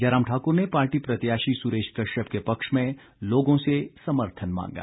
जयराम ठाकुर ने पार्टी प्रत्याशी सुरेश कश्यप के पक्ष में लोगों से समर्थन मांगा